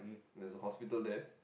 there's a hospital there